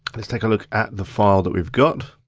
let's take a look at the file that we've got,